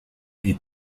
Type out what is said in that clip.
est